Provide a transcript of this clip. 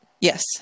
Yes